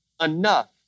enough